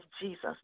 Jesus